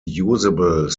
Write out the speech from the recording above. usable